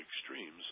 extremes